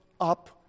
up